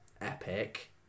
epic